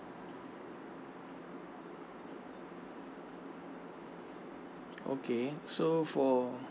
okay so for